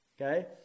Okay